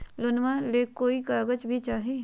लोनमा ले कोई कागज भी चाही?